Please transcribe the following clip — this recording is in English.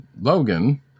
Logan